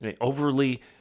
overly